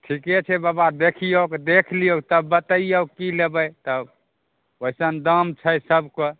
ठीके छै बाबा देखियै तऽ देखलियौ तब बतैयौ की लेबै तब ओइसन दाम छै सबके